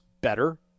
better